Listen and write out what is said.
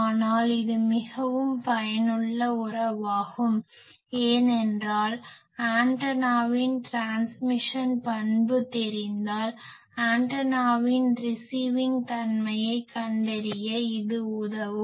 ஆனால் இது மிகவும் பயனுள்ள உறவாகும் ஏனென்றால் ஆண்டெனாவின் ட்ரான்ஸ்மிஷன் பண்பு தெரிந்தால் ஆண்டெனாவின் ரிசிவிங் தன்மையைக் கண்டறிய இது உதவும்